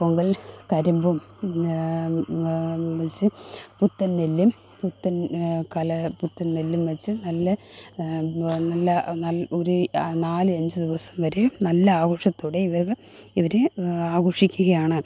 പൊങ്കല് കരിമ്പും പിന്നെ വെച്ച് പുത്തന് നെല്ലും പുത്തന് കല പുത്തന് നെല്ലും വച്ച് നല്ലെ നല്ല നല് ഒരി നാലഞ്ചു ദിവസം വരെയും നല്ല ആഘോഷത്തോടെ ഇവറ് ഇവര് ആഘോഷിക്കുകയാണ്